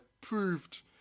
proved